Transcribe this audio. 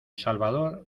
salvador